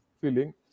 feeling